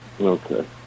Okay